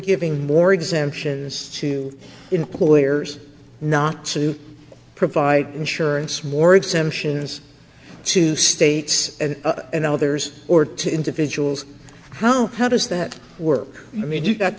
giving more exemptions to employers not to provide insurance more exemptions to states and others or to individuals how how does that work i mean you've got